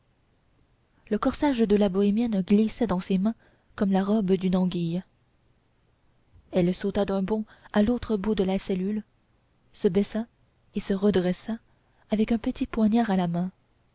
le corsage de la bohémienne glissa dans ses mains comme la robe d'une anguille elle sauta d'un bond à l'autre bout de la cellule se baissa et se redressa avec un petit poignard à la main